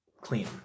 Clean